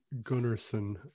Gunnarsson